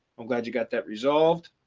i'm glad you got that resolved.